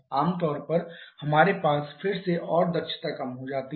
आम तौर पर हमारे पास फिर से और दक्षता कम हो जाती है